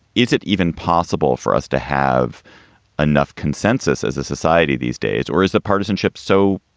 is it even possible for us to have enough consensus as a society these days or is the partisanship so.